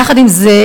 יחד עם זה,